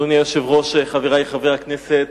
אדוני היושב-ראש, חברי חברי הכנסת,